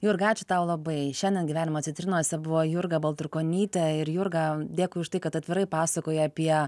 jurga ačiū tau labai šiandien gyvenimo citrinose buvo jurga baltrukonytė ir jurga dėkui už tai kad atvirai pasakoji apie